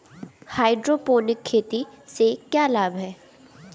Hydroponic खेती से क्या लाभ हैं?